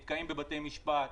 הם נתקעים בבתי משפט